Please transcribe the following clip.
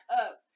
up